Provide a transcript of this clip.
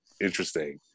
interesting